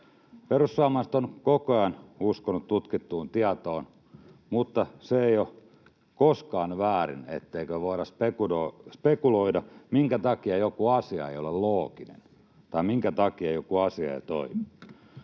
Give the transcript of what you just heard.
Perussuomalaiset ovat koko ajan uskoneet tutkittuun tietoon, mutta ei ole koskaan väärin, että voidaan spekuloida, minkä takia joku asia ei ole looginen tai minkä takia joku asia ei toimi.